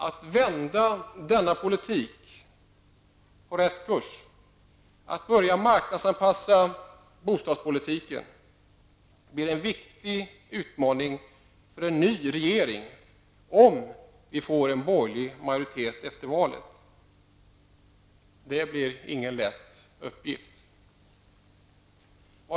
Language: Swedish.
Att vända denna politik på rätt kurs, att börja marknadsanpassa bostadspolitiken, blir en viktig utmaning för en ny regering om vi får en borgerlig majoritet efter valet. Det blir ingen lätt uppgift.